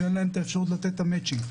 שאין להם אפשרות לתת מטצ'ינג.